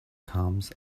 comes